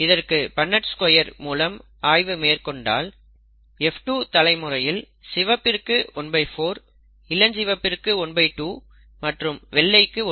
இதற்கு Punnett square ஆய்வை மேற்கொண்டால் F2 தலைமுறையில் சிவப்பிற்கு 14 இளஞ்சிவப்பிற்கு 12 மற்றும் வெள்ளைக்கு 14